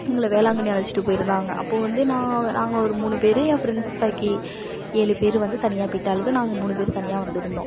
எங்களை வேளாங்கண்ணி அழைச்சிட்டு போயிருந்தாங்க அப்போது வந்து நான் நாங்கள் ஒரு மூணு பேர் என் ஃப்ரெண்ட்ஸ் பாக்கி ஏழு பேர் வந்து தனியாக போய்ட்டாளுக நாங்கள் மூணு பேர் தனியாக வந்திருந்தோம்